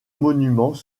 monuments